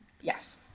Yes